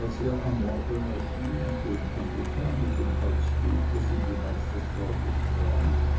als er am morgen erschien schön angetan mit dem halstuch das ihm die meisterfrau gekramet